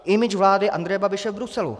Image vlády Andreje Babiše v Bruselu.